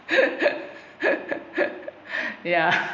ya